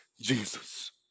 Jesus